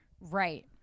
right